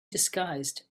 disguised